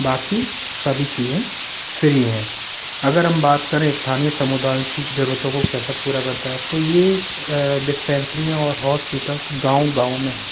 बाकी सभी चीजें फ़्री हैं अगर हम बात करें स्थानीय समुदायों की ज़रूरतों को कैसे पूरा करता है तो यह डिस्पेंसरियाँ और हॉस्पिटल्स गाँव गाँव में हैं